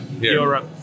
Europe